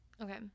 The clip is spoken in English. Okay